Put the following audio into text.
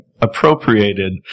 appropriated